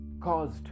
caused